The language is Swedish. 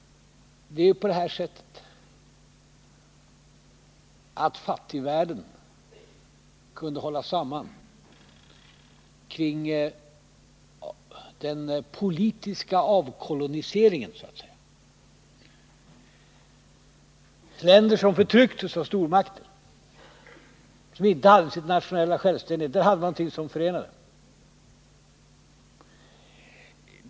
Fattigvärlden har kunnat hålla samman kring den politiska avkoloniseringen. Länder som förtrycktes av stormakter, som inte hade sin nationella självständighet, hade någonting som förenade dem.